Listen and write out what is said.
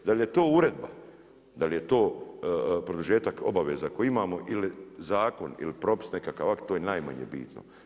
Da li je to uredba, da li je to produžetak obaveza koje imamo ili zakon ili propis, nekakav akt, to je najmanje bitno.